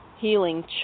Healing